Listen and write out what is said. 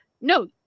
no